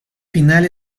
final